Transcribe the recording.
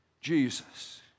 Jesus